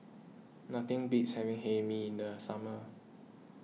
nothing beats having Hae Mee in the summer